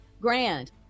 grand